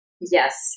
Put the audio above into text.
Yes